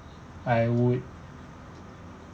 I would